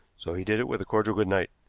so he did it with a cordial good night.